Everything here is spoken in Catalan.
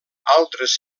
altres